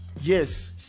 Yes